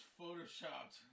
photoshopped